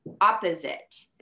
opposite